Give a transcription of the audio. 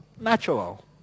natural